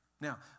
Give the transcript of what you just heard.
Now